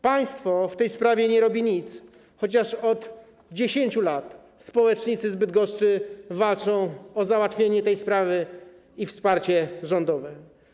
Państwo w tej sprawie nie robi nic, chociaż od 10 lat społecznicy z Bydgoszczy walczą o załatwienie tej sprawy i wsparcie rządowe.